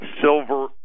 Silver